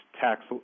tax